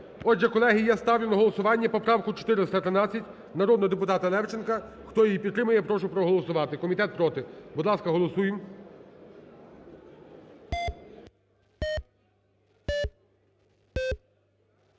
Отже, колеги, я ставлю на голосування поправку 413 народного депутата Левченка. Хто її підтримує, прошу проголосувати. Комітет проти. Будь ласка, голосуємо.